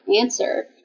answer